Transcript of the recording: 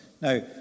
Now